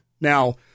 Now